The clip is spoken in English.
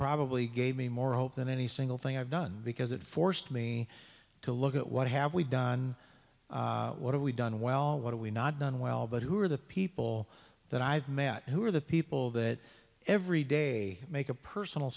probably gave me more hope than any single thing i've done because it forced me to look at what have we done what have we done well what are we not done well but who are the people that i've met who are the people that every day make a personal